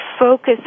focus